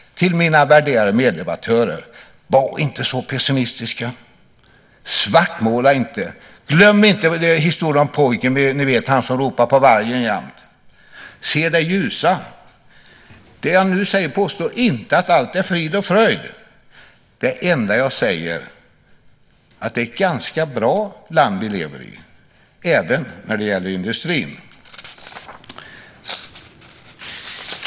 Till mina värderade meddebattörer: Var inte så pessimistiska. Svartmåla inte. Glöm inte historien om pojken som jämt ropade på vargen. Se det ljusa. Jag påstår inte att allt är frid och fröjd. Det enda jag säger är att det är ett ganska bra land vi lever i även när det gäller industrin.